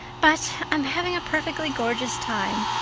but i'm having a perfectly gorgeous time.